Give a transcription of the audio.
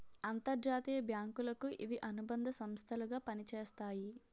అంతర్జాతీయ బ్యాంకులకు ఇవి అనుబంధ సంస్థలు గా పనిచేస్తాయి